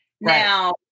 Now